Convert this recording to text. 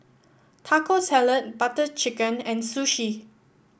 Taco Salad Butter Chicken and Sushi